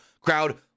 Crowd